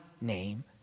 name